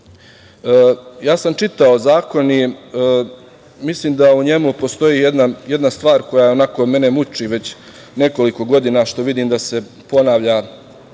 sam čitao, i zakoni i mislim da u njemu postoji jedna stvar koja mene muči već nekoliko godina što vidim da se ponavlja,